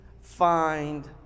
find